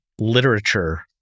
literature